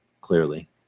clearly